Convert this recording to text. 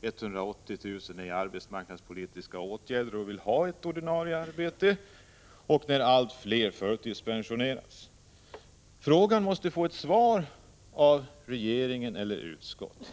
då 180 000 människor är föremål för arbetsmarknadspolitiska åtgärder och vill ha ett ordinarie arbete och då allt fler förtidspensioneras? Frågan måste få ett svar av regeringen eller utskottet.